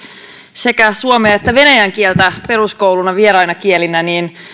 sekä suomea että venäjän kieltä peruskoulussa vieraina kielinä